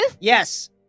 Yes